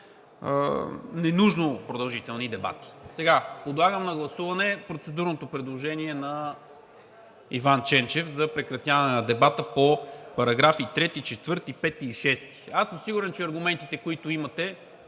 ненужно продължителни дебати. Подлагам на гласуване процедурното предложение на Иван Ченчев за прекратяване на дебата по параграфи 3, 4, 5 и 6. Аз съм сигурен, че аргументите, които имате